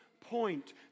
point